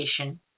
education